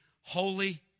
holy